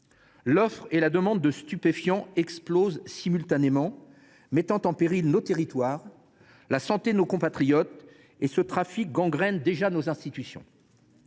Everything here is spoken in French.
L’offre et la demande de stupéfiants explosent simultanément, mettant en péril nos territoires, la santé de nos compatriotes. Qui plus est, ce trafic gangrène déjà nos institutions.